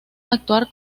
actuar